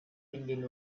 tinguin